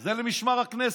זה למשמר הכנסת,